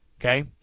okay